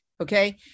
Okay